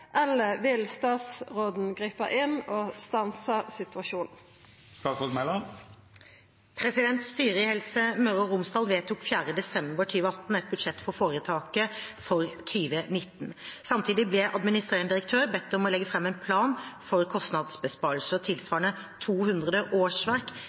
eller vil statsråden gripe inn og stanse situasjonen?» Styret i Helse Møre og Romsdal vedtok 4. desember 2018 et budsjett for foretaket for 2019. Samtidig ble administrerende direktør bedt om å legge fram en plan for kostnadsbesparelser,